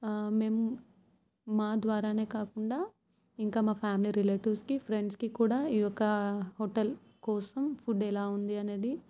మేము మా ద్వారానే కాకుండా ఇంకా మా ఫ్యామిలీ రిలేటివ్స్కి ఫ్రెండ్స్కి కూడా ఈ యొక్క హోటల్ కోసం ఫుడ్ ఎలా ఉంది అనేది